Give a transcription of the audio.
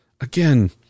again